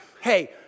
Hey